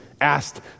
asked